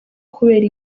kubera